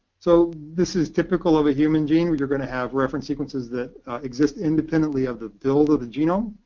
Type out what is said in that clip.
so this is typical of a human gene. but you're going to have reference sequences that exist independently of the build of the genome.